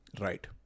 Right